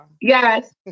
Yes